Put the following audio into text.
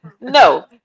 no